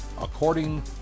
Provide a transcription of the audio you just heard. According